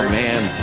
man